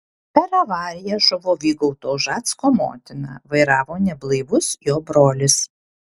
per avariją žuvo vygaudo ušacko motina vairavo neblaivus jo brolis